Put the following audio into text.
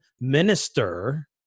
minister